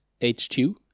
H2